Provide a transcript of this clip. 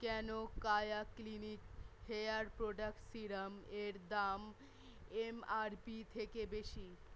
কেন Kaya clinic hair product সিরামের দাম এমআরপি থেকে বেশি